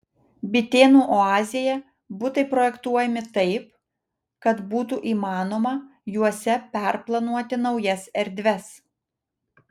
bitėnų oazėje butai projektuojami taip kad būtų įmanoma juose perplanuoti naujas erdves